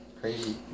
Crazy